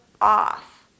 off